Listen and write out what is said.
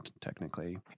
technically